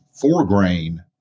four-grain